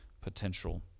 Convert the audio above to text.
potential